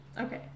Okay